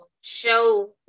show